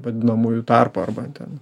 vadinamųjų tarpų arba ten